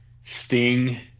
Sting